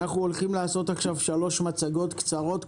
אנחנו הולכים לשמוע שלוש מצגות קצרות,